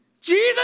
Jesus